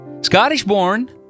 Scottish-born